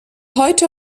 heute